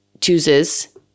chooses